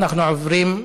אנחנו עוברים,